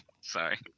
sorry